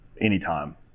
anytime